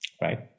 right